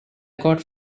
got